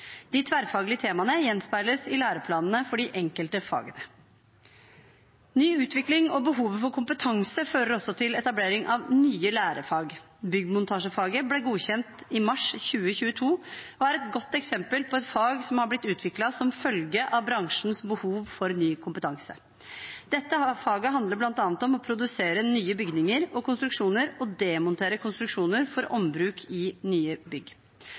De tverrfaglige temaene gjenspeiles i læreplanene for de enkelte fagene. Ny utvikling og behovet for ny kompetanse fører også til etablering av nye lærefag. Byggmontasjefaget ble godkjent i mars 2022 og er et godt eksempel på et fag som har blitt utviklet som følge av bransjens behov for ny kompetanse. Dette faget handler bl.a. om å produsere nye bygninger og konstruksjoner og demontere konstruksjoner for ombruk i nye bygg.